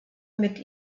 mit